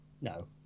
no